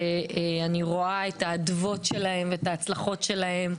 ואני רואה את ההצלחות שלהם,